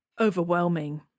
overwhelming